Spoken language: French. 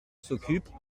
s’occupe